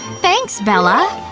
thanks, bella!